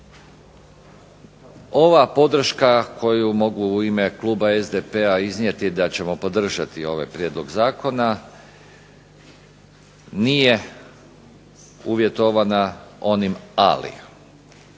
Ova podrška koju mogu u ime kluba SDP-a iznijeti da ćemo podržati ovaj prijedlog zakona nije uvjetovana onim ali.